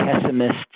pessimists